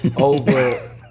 over